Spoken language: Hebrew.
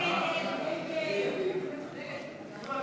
כוח המיקוח של המגדלים הקטנים אך עלולה